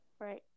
Right